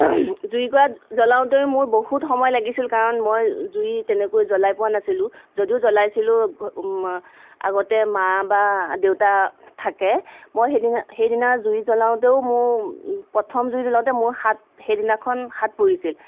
জুই কুৰা জ্বলাওঁতে মোৰ বহুত সময় লাগিছিল কাৰণ মই জুই তেনেকৈ জ্বলাই পোৱা নাছিলোঁ যদিও জ্বলাইছিলোঁ আগতে মা বা দেউতা থাকে মই সেইদিনা সেইদিনা জুই জ্বলাওঁতেও মোৰ প্ৰথম জুই জ্বলাওঁতে মোৰ হাত সেইদিনাখন হাত পুৰিছিল